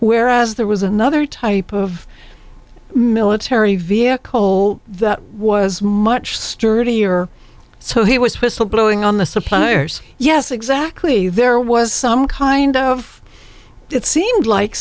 whereas there was another type of military vehicle that was much sturdier so he was whistle blowing on the suppliers yes exactly there was some kind of it seemed like